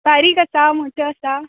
बारीक आसा मोट्यो आसा